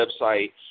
website